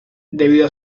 debido